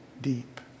deep